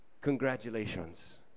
congratulations